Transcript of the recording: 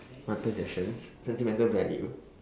my possessions sentimental value